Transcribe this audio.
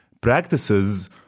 practices